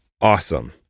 awesome